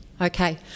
Okay